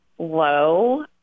Low